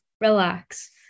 relax